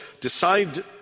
decide